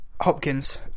Hopkins